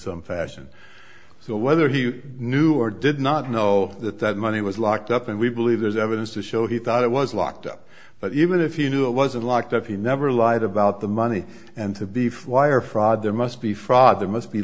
some fashion so whether he knew or did not know that that money was locked up and we believe there's evidence to show he thought it was locked up but even if he knew it wasn't locked up he never lied about the money and to beef wire fraud there must be father must be